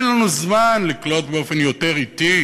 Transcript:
אין לנו זמן לקלוט באופן יותר אטי